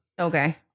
Okay